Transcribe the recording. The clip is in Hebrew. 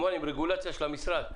עם הרגולציה של המשרד,